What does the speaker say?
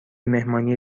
مهمانی